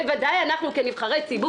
בוודאי אנחנו כנבחרי ציבור,